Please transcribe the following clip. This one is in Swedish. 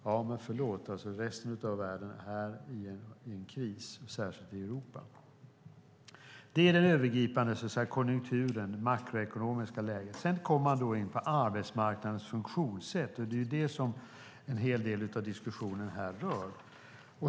Ja, men förlåt, resten av världen är i en kris - det gäller särskilt i Europa. Detta är den övergripande konjunkturen, det makroekonomiska läget. Sedan kommer man då in på arbetsmarknadens funktionssätt. Det är det som en hel del av diskussionen här rör.